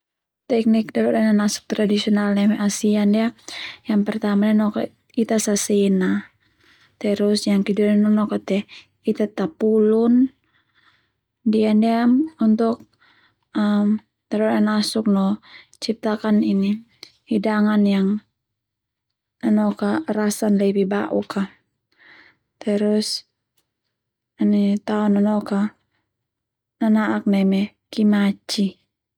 Teknik dadode nanasuk neme Asia ndia yang pertama ndia noka Ita sasena terus yang kedua ndia nanoka te ita tapulun, ndia ndia untuk dadode nanasuk no ciptakan ini hidangan yang nanoka rasan lebih bauk terus taon nanoka nananak nemen kimaci.